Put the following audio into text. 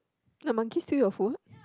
the monkey steal your food